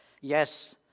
Yes